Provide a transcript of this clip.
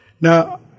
Now